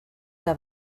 que